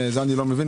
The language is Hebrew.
זה אני לא מבין.